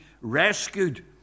rescued